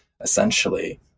essentially